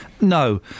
No